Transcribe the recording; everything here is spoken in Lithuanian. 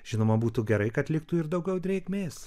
žinoma būtų gerai kad liktų ir daugiau drėgmės